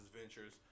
ventures